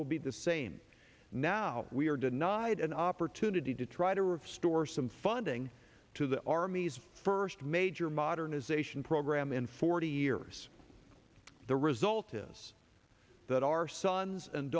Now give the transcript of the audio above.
will be the same now we are denied an opportunity to try to restore some funding to the army's first major modernization program in forty years the result is that our sons and